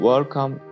Welcome